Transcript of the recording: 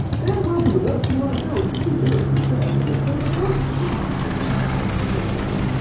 and will to the best of my ability, preserve, protect and defend the constitution of the united states.